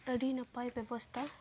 ᱟᱹᱰᱤ ᱱᱟᱯᱟᱭ ᱵᱮᱵᱚᱥᱛᱟ